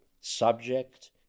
subject